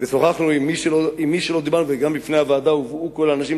וגם בפני הוועדה הובאו כל האנשים,